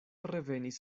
revenis